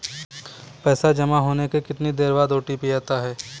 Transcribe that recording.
पैसा जमा होने के कितनी देर बाद ओ.टी.पी आता है?